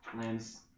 lands